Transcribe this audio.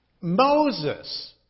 Moses